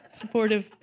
Supportive